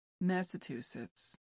Massachusetts